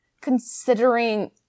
considering